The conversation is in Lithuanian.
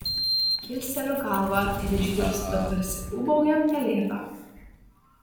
kilsteliu galvą ir išgirstu tarsi ūbaujant pelėdą